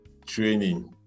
Training